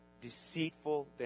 deceitful